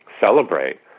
celebrate